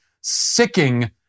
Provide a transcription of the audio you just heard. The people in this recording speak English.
sicking